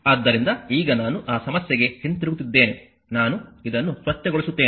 ಆದ್ದರಿಂದ ಈಗ ನಾನು ಆ ಸಮಸ್ಯೆಗೆ ಹಿಂತಿರುಗುತ್ತಿದ್ದೇನೆ ನಾನು ಇದನ್ನು ಸ್ವಚ್ಛಗೊಳಿಸುತ್ತೇನೆ